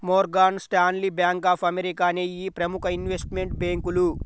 Morgan Stanley, bank of America అనేయ్యి ప్రముఖ investment బ్యేంకులు